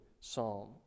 psalm